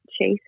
Chase